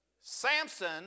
Samson